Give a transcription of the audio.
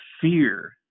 fear